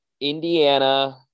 Indiana